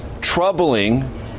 troubling